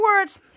words